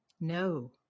No